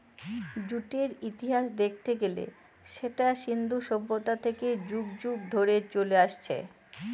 জুটের ইতিহাস দেখতে গেলে সেটা সিন্ধু সভ্যতা থেকে যুগ যুগ ধরে চলে আসছে